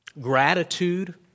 gratitude